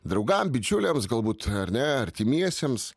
draugam bičiuliams galbūt ar ne artimiesiems